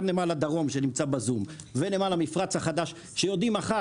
גם לנמל הדרום שנמצא בזום וגם לנמל המפרץ החדש שיודעים מחר